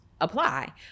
apply